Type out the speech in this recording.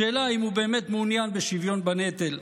השאלה אם הוא באמת מעוניין בשוויון בנטל.